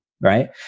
Right